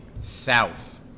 South